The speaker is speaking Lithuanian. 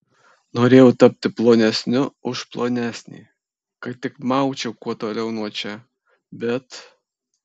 norėjau tapti plonesniu už plonesnį kad tik maučiau kuo toliau nuo čia bet